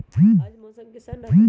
आज मौसम किसान रहतै?